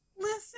listen